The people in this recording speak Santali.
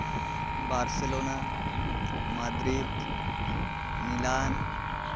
Barcelona Madrid Milan